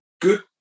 good